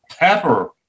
Pepper